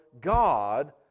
God